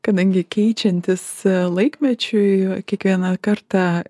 kadangi keičiantis laikmečiui kiekvieną kartą